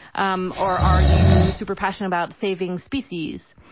um or are you super passionate about saving species?